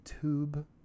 tube